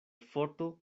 forto